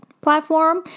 platform